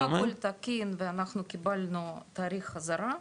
אם הכול תקין ואנחנו קיבלנו תאריך חזרה,